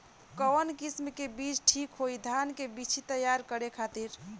कवन किस्म के बीज ठीक होई धान के बिछी तैयार करे खातिर?